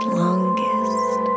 longest